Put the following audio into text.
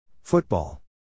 Football